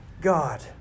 God